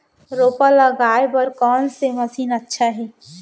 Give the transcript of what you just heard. रोपा लगाय बर कोन से मशीन अच्छा हे?